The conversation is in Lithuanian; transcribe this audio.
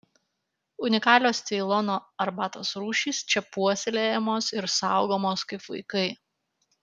unikalios ceilono arbatos rūšys čia puoselėjamos ir saugomos kaip vaikai